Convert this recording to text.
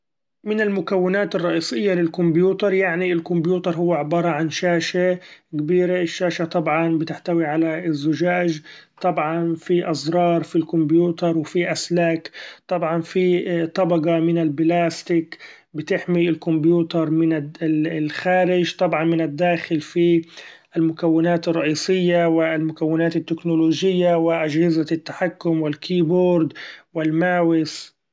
من المكونات الرئيسية للكمبيوتر، يعني الكمبيوتر هو عبارة عن شاشة كبيرة الشاشة طبعا بتحتوي على الزچاچ ، طبعا في ازرار في الكمبيوتر وفي اسلاك ، طبعا في طبقة من البلاستيك بتحمي الكمبيوتر من الدا-الخارچ ، طبعا من الداخل في المكونات الرئيسية والمكونات التكنولوچية واچهزة التحكم والكيبورد والماوس.